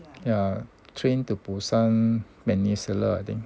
ya train to busan peninsula I think